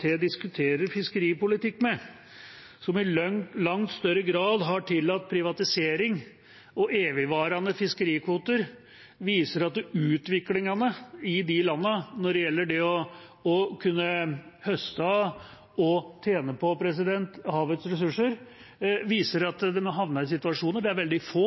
til diskuterer fiskeripolitikk med, som i langt større grad har tillatt privatisering og evigvarende fiskekvoter, som viser at utviklingen i de landene når det gjelder det å kunne høste av og tjene på havets ressurser, gjør at de havner i situasjoner der veldig få